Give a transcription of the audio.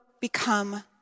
become